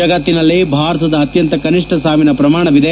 ಜಗತಿನಲ್ಲೇ ಭಾರತದಲ್ಲಿ ಅತ್ತಂತ ಕನಿಷ್ಠ ಸಾವಿನ ಪ್ರಮಾಣವಿದೆ